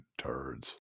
turds